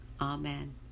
Amen